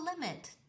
limit